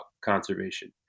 conservation